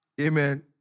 Amen